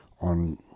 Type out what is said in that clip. on